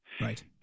Right